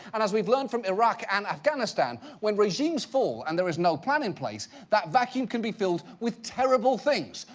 and, as we've learned from iraq and afghanistan, when regimes fall and there's no plan in place, that vacuum can be filled with terrible things.